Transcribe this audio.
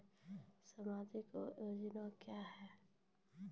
समाजिक योजना क्या हैं?